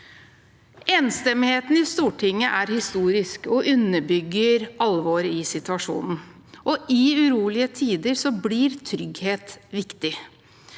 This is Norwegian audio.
Enstemmigheten i Stortinget er historisk og underbygger alvoret i situasjonen. I urolige tider blir trygghet viktig.